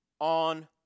on